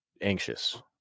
anxious